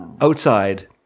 Outside